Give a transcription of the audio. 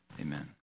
Amen